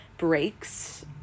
Breaks